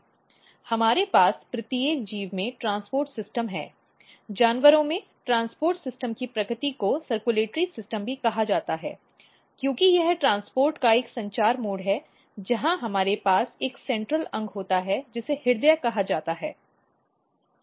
हमारे पास प्रत्येक जीव में ट्रांसपोर्ट सिस्टम भी है जानवरों में ट्रांसपोर्ट सिस्टम की प्रकृति को सर्कुलेटरी सिस्टम भी कहा जाता है क्योंकि यह ट्रांसपोर्ट का एक संचार मोड है जहां हमारे पास एक सेंट्रल अंग होता है जिसे हृदय कहा जाता है